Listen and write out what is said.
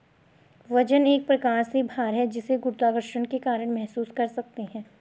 वजन एक प्रकार से भार है जिसे गुरुत्वाकर्षण के कारण महसूस कर सकते है